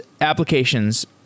applications